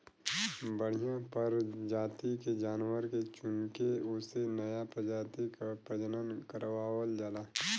बढ़िया परजाति के जानवर के चुनके ओसे नया परजाति क प्रजनन करवावल जाला